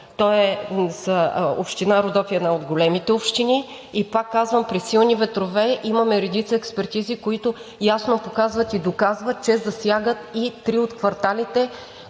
място. Община „Родопи“ е една от големите общини, и пак казвам, при силни ветрове имаме редица експертизи, които ясно показват и доказват, че засягат и три от кварталите,